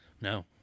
No